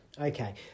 okay